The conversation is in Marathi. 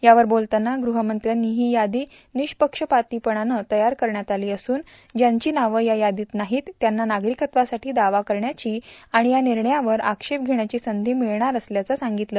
यावर बोलताना ग्रहमंत्र्यांनी ही यादी निःपक्षपातीपणं तयार करण्यात आली असून ज्यांची नावं या यादीत नाहीत त्यांना नागरिकत्वासाठी दावा करण्याची आणि या निर्णयावर आक्षेप घेण्याची संधी मिळणार असल्याचं सांगितलं